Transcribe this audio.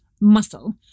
muscle